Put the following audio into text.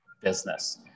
business